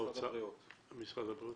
משרד הבריאות.